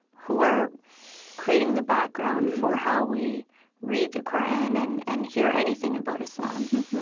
who are creating the background for how we read the qur'an and and hear anything about islam